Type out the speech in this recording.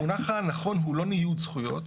המונח הנכון הוא לא ניוד זכויות,